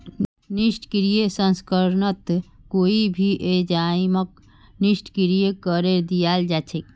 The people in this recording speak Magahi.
निष्क्रिय प्रसंस्करणत कोई भी एंजाइमक निष्क्रिय करे दियाल जा छेक